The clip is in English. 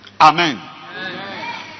Amen